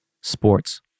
Sports